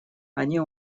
они